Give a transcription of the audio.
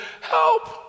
help